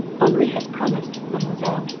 henri has promised, mademoiselle.